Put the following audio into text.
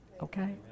Okay